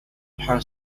her